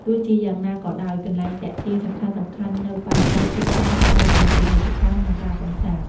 ទោះជាយ៉ាងណាក៏ដោយ កន្លែងទាក់ទាញសំខាន់ៗនៅប៉ោយប៉ែតភាគច្រើនផ្តោតលើពាណិជ្ជកម្ម និង ការកម្សាន្ត។